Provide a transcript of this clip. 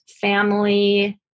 family